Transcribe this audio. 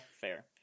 fair